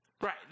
Right